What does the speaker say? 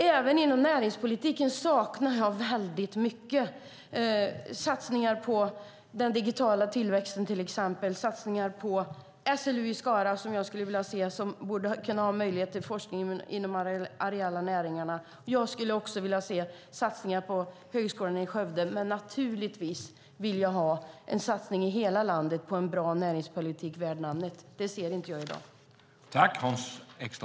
Även inom näringspolitiken saknar jag väldigt mycket satsningar på till exempel den digitala tillväxten och satsningar på SLU i Skara som borde ha möjligheter till forskning inom de areella näringarna. Jag skulle också vilja se satsningar på högskolan i Skövde. Men naturligtvis vill jag ha en satsning på en bra näringspolitik värd namnet i hela landet. Det ser jag inte i dag.